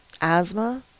asthma